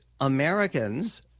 Americans